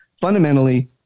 Fundamentally